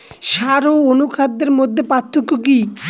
সার ও অনুখাদ্যের মধ্যে পার্থক্য কি?